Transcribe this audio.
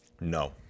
No